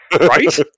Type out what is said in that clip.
Right